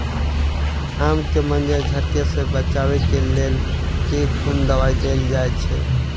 आम केँ मंजर झरके सऽ बचाब केँ लेल केँ कुन दवाई देल जाएँ छैय?